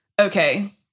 okay